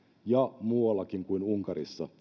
ja muuallakin kuin unkarissa